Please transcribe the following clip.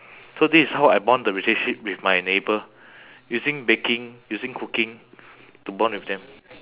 so this is how I bond the relationship with my neighbour using baking using cooking to bond with them